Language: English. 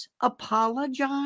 apologize